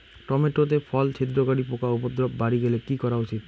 Tomato তে ফল ছিদ্রকারী পোকা উপদ্রব বাড়ি গেলে কি করা উচিৎ?